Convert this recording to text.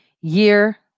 year